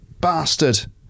bastard